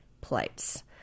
plates